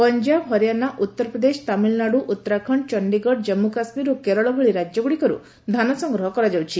ପଞ୍ଜାବ ହରିଆଣା ଉତ୍ତରପ୍ରଦେଶ ତାମିଲନାଡ଼ୁ ଉତ୍ତରାଖଣ୍ଡ ଚଣ୍ଡୀଗଡ଼ ଜାମ୍ଗୁ କାଶ୍ମୀର ଓ କେରଳ ଭଳି ରାଜ୍ୟଗୁଡ଼ିକରୁ ଧାନ ସଂଗ୍ରହ କରାଯାଉଛି